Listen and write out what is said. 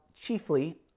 chiefly